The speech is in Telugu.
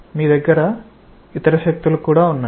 మీ దగ్గర ఏ ఇతర శక్తులు ఉన్నాయి